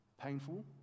painful